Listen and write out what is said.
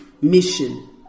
mission